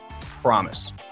promise